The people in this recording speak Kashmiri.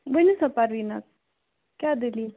ؤنو سا پرویٖنا کیاہ دٔلیٖل